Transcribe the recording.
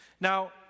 Now